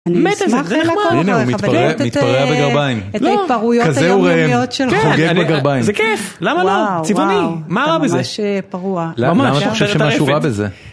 אני באמת אשמח ללכות לך ולהראות את ההתפרעויות היומיומיות שלו. חוגג בגרביים. זה כיף, למה לא? צבעוני, מה רע בזה? אתה ממש פרוע. למה אתה חושב שמשהו רע בזה?